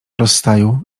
rozstaju